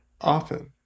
often